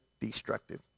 destructive